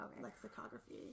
lexicography